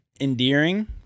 endearing